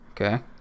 Okay